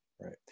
right